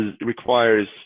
requires